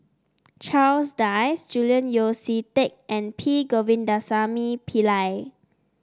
Charles Dyce Julian Yeo See Teck and P Govindasamy Pillai